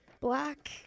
Black